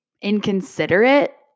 inconsiderate